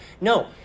no